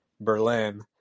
Berlin